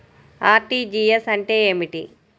RTGS అంటే ఏమిటి?